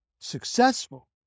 successful